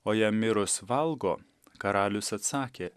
o jam mirus valgo karalius atsakė